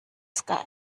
sky